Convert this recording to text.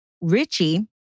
Richie